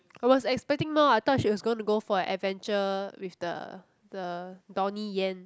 I was expecting more I thought she was going to go for an adventure with the the Donnie-Yen